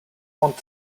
want